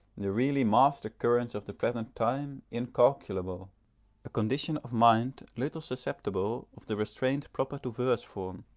the really master currents of the present time incalculable a condition of mind little susceptible of the restraint proper to verse form,